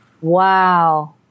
Wow